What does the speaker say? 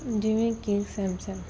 ਜਿਵੇਂ ਕਿ ਸੈਮਸੰਗ